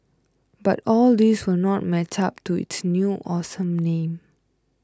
but all these will not match up to its new awesome name